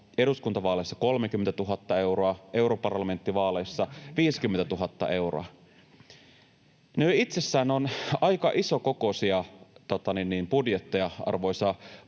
eduskuntavaaleissa 30 000 euroa, europarlamenttivaaleissa 50 000 euroa. Ne jo itsessään ovat aika isokokoisia budjetteja, arvoisa